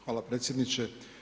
Hvala predsjedniče.